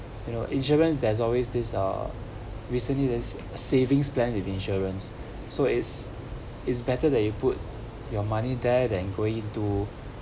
you know insurance there's always this uh recently there's savings plan with insurance so it's it's better that you put your money there than going into